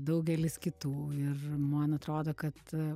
daugelis kitų ir man atrodo kad